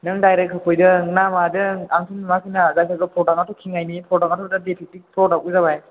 नों डाइरेक्ट होफैदों ना मादों आंथ' नुवाखैना जाखिजाया प्रडाक्टआथ' खेंनायनि प्रडाक्टआथ' दा डिफेकटिभ प्रडाक्टबो जाबाय